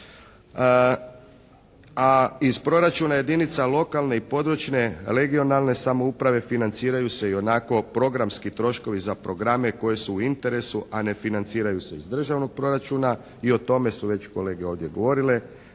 a iz proračuna jedinica lokalne i područne (regionalne) samouprave financiraju se ionako programski troškovi za programe koji su u interesu a ne financiraju se iz državnog proračuna i o tome su već kolege ovdje govorile,